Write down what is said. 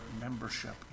membership